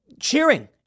cheering